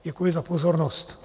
Děkuji za pozornost.